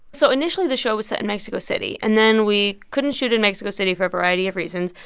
so initially, the show was set in mexico city, and then we couldn't shoot in mexico city for a variety of reasons.